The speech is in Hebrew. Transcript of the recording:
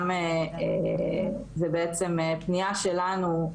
ובעצם פנייה שלנו,